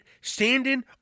standing